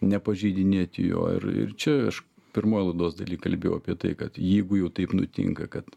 nepažeidinėti jo ir ir čia aš pirmoj laidos daly kalbėjau apie tai kad jeigu jau taip nutinka kad